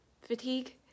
fatigue